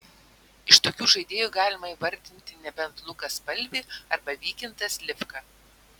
iš tokių žaidėjų galima įvardinti nebent luką spalvį arba vykintą slivką